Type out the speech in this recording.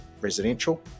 residential